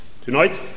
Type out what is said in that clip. tonight